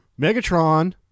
Megatron